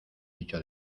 bicho